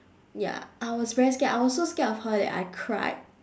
ya I was very scared I was so scared of her that I cried